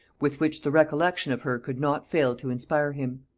with which the recollection of her could not fail to inspire him.